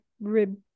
rib